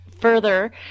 further